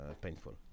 painful